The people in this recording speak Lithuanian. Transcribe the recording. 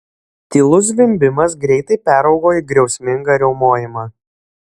tylus zvimbimas greitai peraugo į griausmingą riaumojimą